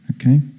Okay